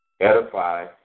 edify